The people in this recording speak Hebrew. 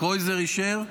קרויזר אישר,